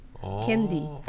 candy